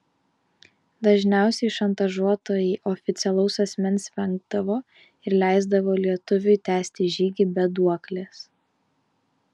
dažniausiai šantažuotojai oficialaus asmens vengdavo ir leisdavo lietuviui tęsti žygį be duoklės